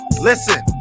listen